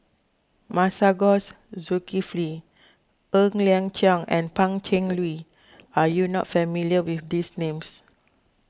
Masagos Zulkifli Ng Liang Chiang and Pan Cheng Lui are you not familiar with these names